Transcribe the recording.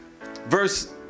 verse